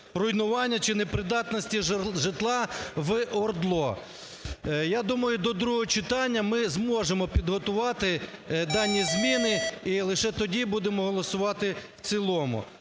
руйнування чи непридатності житла в ОРДЛО. Я думаю, до другого читання ми зможемо підготувати дані міни і лише тоді будемо голосувати в цілому.